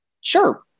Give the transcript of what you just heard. Sure